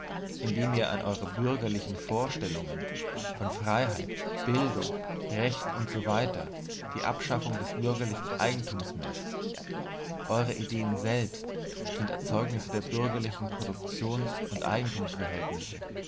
indem ihr an euren bürgerlichen vorstellungen von freiheit bildung recht usw die abschaffung des bürgerlichen eigentums meßt eure ideen selbst sind erzeugnisse der bürgerlichen produktions und eigentumsverhältnisse